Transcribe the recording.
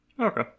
Okay